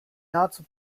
nahezu